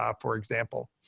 um for example.